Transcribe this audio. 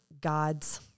God's